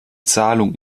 zahlung